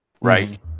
right